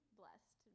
blessed